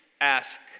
ask